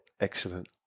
Excellent